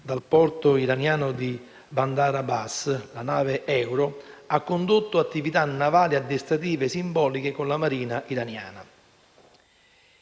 dal porto iraniano di Bandar Abbas, la nave Euro ha condotto attività navali addestrative simboliche con la Marina iraniana.